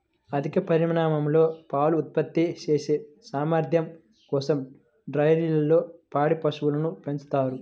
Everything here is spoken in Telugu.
అధిక పరిమాణంలో పాలు ఉత్పత్తి చేసే సామర్థ్యం కోసం డైరీల్లో పాడి పశువులను పెంచుతారు